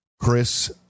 chris